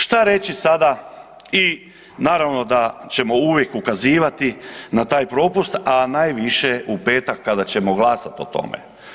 Šta reći sada i naravno da ćemo uvijek ukazivati na taj propust, a najviše u petak kada ćemo glasat o tome.